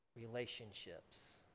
relationships